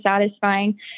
satisfying